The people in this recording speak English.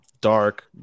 Dark